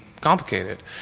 complicated